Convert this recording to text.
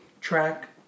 track